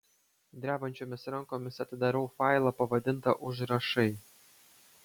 drebančiomis rankomis atidarau failą pavadintą užrašai